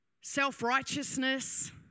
self-righteousness